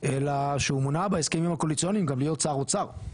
אלא שהוא מונה בהסכמים הקואליציוניים גם להיות שר אוצר,